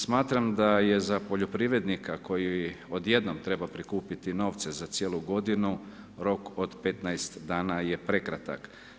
Smatram da je za poljoprivrednika, koji odjednom treba prikupiti novce za cijelu godinu, rok od 15 dana je prekratak.